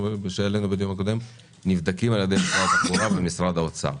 בדיון הקודם נבדקות על ידי משרד התחבורה ומשרד האוצר.